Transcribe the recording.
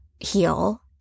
Heal